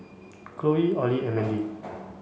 Khloe Ollie and Mandy